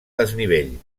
desnivell